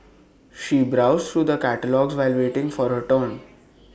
she browsed through the catalogues while waiting for her turn